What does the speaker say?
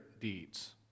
deeds